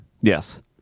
Yes